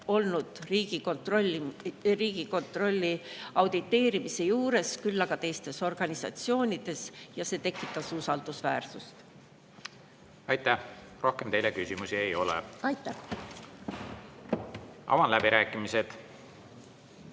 olnud Riigikontrolli auditeerimise juures, ainult teistes organisatsioonides. Ja see tekitas usaldusväärsust. Aitäh! Rohkem teile küsimusi ei ole. Avan läbirääkimised.